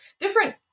different